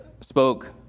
spoke